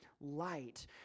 light